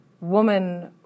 woman